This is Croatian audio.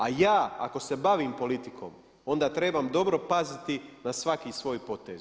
A ja ako se bavim politikom onda trebam dobro paziti na svaki svoj potez.